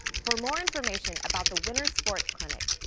for more information about the winter sports clinic,